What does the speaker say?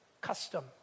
custom